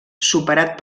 superat